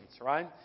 right